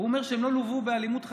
הוא אומר שהם לא לווו באלימות חריגה.